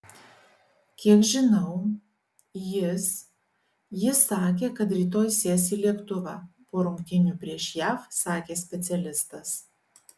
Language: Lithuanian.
kiek žinau jis jis sakė kad rytoj sės į lėktuvą po rungtynių prieš jav sakė specialistas